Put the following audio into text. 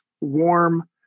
warm